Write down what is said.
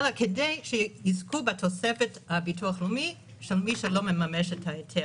כדי שיזכו בתוספת הביטוח הלאומי למי שלא מממש את ההיתר.